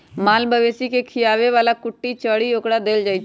माल मवेशी के खीयाबे बला कुट्टी चरी ओकरा देल जाइ छै